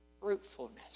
Fruitfulness